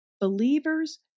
Believers